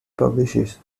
publishes